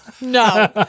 No